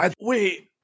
Wait